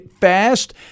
fast